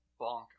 bonk